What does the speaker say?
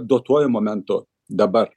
duotuoju momentu dabar